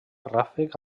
ràfec